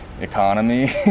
Economy